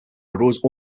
arose